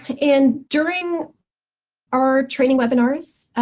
and during our training webinars,